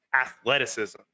athleticism